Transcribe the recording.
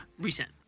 Recent